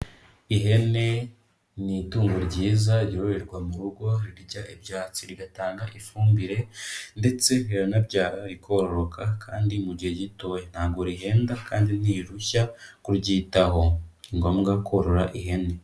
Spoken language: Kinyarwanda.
Ihene ni itungo ryiza ryororerwa mu rugo rirya ibyatsi, rigatanga ifumbire ndetse riranabyara rikoroka kandi mu gihe gitoya ntabwo rihenda kandi ntirushya kuryitaho. Ni ngombwa korora ihene.